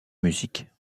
musique